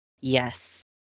Yes